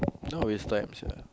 now waste time sia